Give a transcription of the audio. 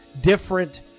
different